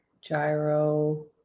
gyro